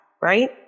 Right